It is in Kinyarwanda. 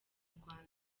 rwanda